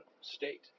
state